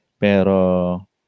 Pero